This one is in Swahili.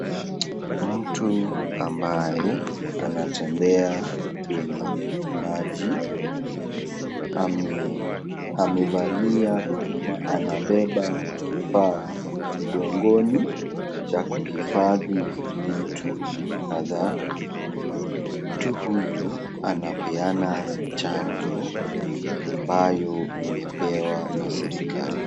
Mtu ambaye anatembea kwenye maji amevalia ama anabeba kifaa mgongoni cha kuhifadhi vitu kadhaa. Mtu huyu anapeana chanjo ambayo imepewa na serikali.